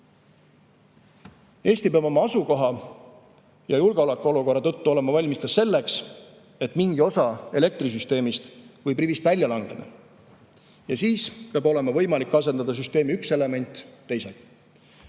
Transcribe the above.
Eesti peab oma asukoha ja julgeolekuolukorra tõttu olema valmis ka selleks, et mingi osa elektrisüsteemist võib rivist välja langeda. Siis peab olema võimalik asendada süsteemi üks element teisega.